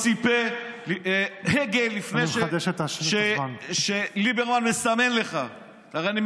חוצפה ועזות מצח של הבריונים, בריון הקשקשים הזה.